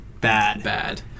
Bad